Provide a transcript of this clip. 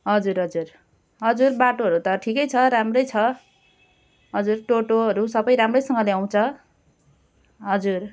हजुर हजुर हजुर बाटोहरू त ठिकै छ राम्रै छ हजुर टोटोहरू सबै राम्रैसँगले आउँछ हजुर